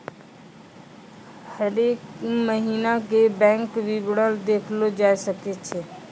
हरेक महिना के बैंक विबरण देखलो जाय सकै छै